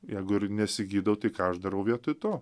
jeigu ir nesigydau tai ką aš darau vietoj to